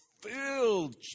filled